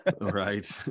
Right